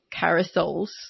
carousels